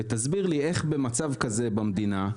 כדי שתסביר לי: איך במצב כזה במדינה,